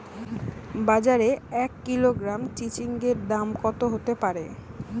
বাজারে এক কিলোগ্রাম চিচিঙ্গার দাম কত হতে পারে?